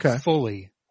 fully